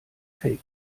fake